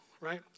right